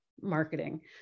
marketing